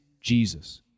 Jesus